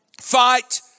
Fight